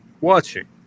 watching